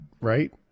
right